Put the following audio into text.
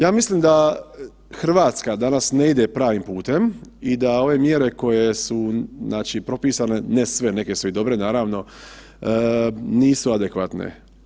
Ja mislim da Hrvatska danas ne ide pravim putem i da ove mjere koje su znači propisane, ne sve, neke su i dobre, naravno, nisu adekvatne.